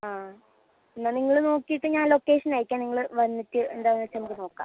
ആ എന്നാൽ നിങ്ങള് നോക്കീട്ട് ഞാൻ ലൊക്കേഷൻ അയക്കാം നിങ്ങള് വന്നിട്ട് എന്താന്ന് വെച്ചാൽ നമുക്ക് നോക്ക